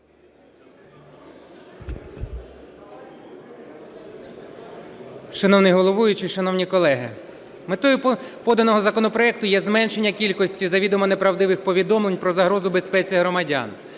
Шановний головуючий, шановні колеги, метою поданого законопроекту є зменшення кількості завідомо неправдивих повідомлень про загрозу безпеці громадян,